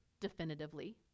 definitively